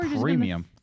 premium